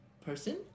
person